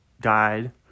died